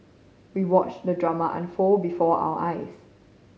we watched the drama unfold before our eyes